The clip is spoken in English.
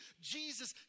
Jesus